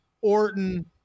Orton